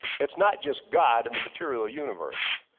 it's not just god in the material universe.